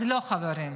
אז לא, חברים.